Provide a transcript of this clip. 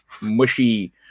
mushy